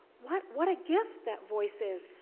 what what a gift that voice is,